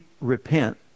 repent